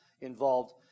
involved